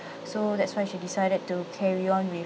so that's why she decided to carry on with